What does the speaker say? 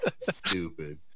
Stupid